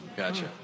Gotcha